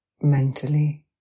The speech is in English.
mentally